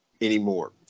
anymore